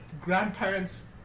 grandparent's